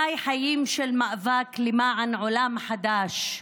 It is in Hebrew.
חי חיים של מאבק למען עולם חדש,